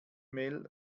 mel